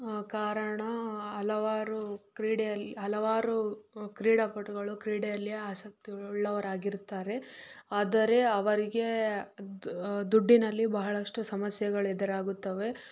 ಕಾರಣ ಹಲವಾರು ಕ್ರೀಡೆಯಲ್ಲಿ ಹಲವಾರು ಕ್ರೀಡಾಪಟುಗಳು ಕ್ರೀಡೆಯಲ್ಲಿ ಆಸಕ್ತಿ ಉಳ್ಳವರಾಗಿರುತ್ತಾರೆ ಆದರೆ ಅವರಿಗೆ ದುಡ್ಡಿನಲ್ಲಿ ಬಹಳಷ್ಟು ಸಮಸ್ಯೆಗಳೆದುರಾಗುತ್ತವೆ